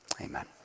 amen